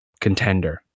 contender